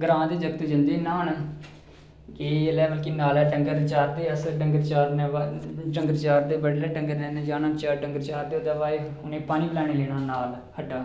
ग्रांऽ च जागत जंदे हे न्हान कि जेल्लै मतलब कि नाले च डंगर चारदे हे अस डंगर चारने दे बाद बड्डलै डंगरें कन्नै जाना डंगर चारदे ओह्दे बाद उनेंगी पानी पलेयाने गी लेना नाल दे खड्ढै